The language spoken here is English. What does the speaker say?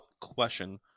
question